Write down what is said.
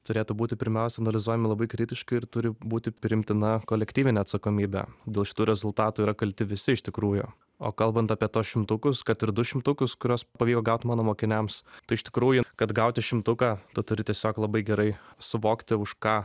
turėtų būti pirmiausia analizuojami labai kritiškai ir turi būti priimtina kolektyvinė atsakomybė dėl šitų rezultatų yra kalti visi iš tikrųjų o kalbant apie tuos šimtukus kad ir du šimtukus kuriuos pavyko gaut mano mokiniams tai iš tikrųjų kad gauti šimtuką tu turi tiesiog labai gerai suvokti už ką